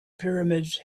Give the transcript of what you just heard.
pyramids